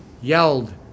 Yelled